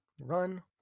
run